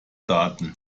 daten